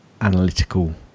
analytical